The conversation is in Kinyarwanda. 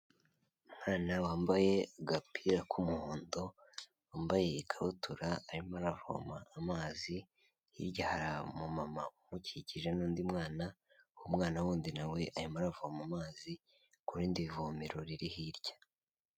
Umwana wambaye agapira k'umuhondo wambaye ikabutura arimo aravoma amazi, hirya hari umu mama umukikije n'undi mwana uwo mwana w'undi nawe arimo aravoma amazi ku rindi vomero riri hirya.